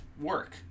work